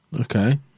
Okay